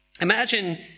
Imagine